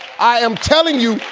i am telling you,